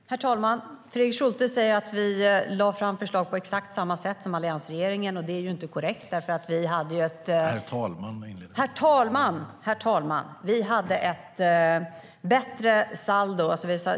Herr talman! Fredrik Schulte säger att vi lade fram förslag på exakt samma sätt som alliansregeringen. Det är inte korrekt, för vi hade ett bättre saldo.